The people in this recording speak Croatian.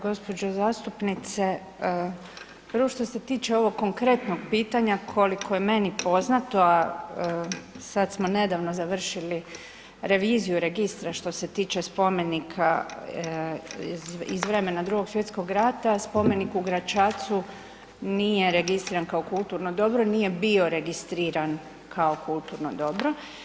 Gospođo zastupnice, prvo što se tiče ovog konkretnog pitanja koliko je meni poznato, a sad smo nedavno završili reviziju registra što se tiče spomenika iz vremena Drugog svjetskog rata, spomenik u Gračacu nije registriran kao kulturno dobro, nije bio registriran kao kulturno dobro.